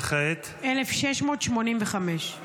וכעת -- 1685.